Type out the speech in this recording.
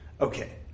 Okay